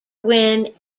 win